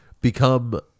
become